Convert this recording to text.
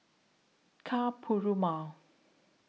Ka Perumal